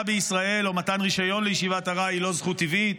בישראל או מתן רישיון לישיבת ארעי היא לא זכות טבעית,